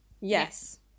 yes